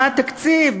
מה התקציב,